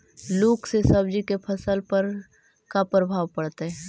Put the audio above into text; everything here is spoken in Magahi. लुक से सब्जी के फसल पर का परभाव पड़तै?